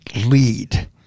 lead